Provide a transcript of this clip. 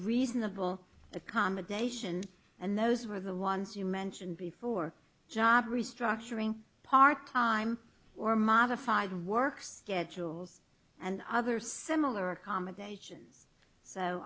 reasonable accommodation and those were the ones you mentioned before job restructuring part time or modified works kettles and other similar accommodations so